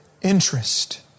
interest